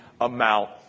amount